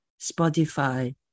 Spotify